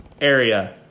area